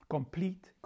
Complete